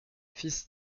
fils